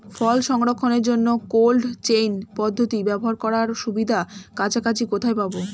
ফল সংরক্ষণের জন্য cold chain পদ্ধতি ব্যবহার করার সুবিধা কাছাকাছি কোথায় পাবো?